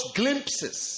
glimpses